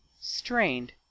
Strained